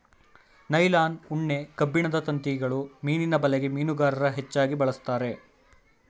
nylon, ಉಣ್ಣೆ, ಕಬ್ಬಿಣದ ತಂತಿಗಳು ಮೀನಿನ ಬಲೆಗೆ ಮೀನುಗಾರರು ಹೆಚ್ಚಾಗಿ ಬಳಸ್ತರೆ